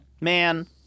Man